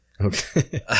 okay